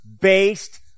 based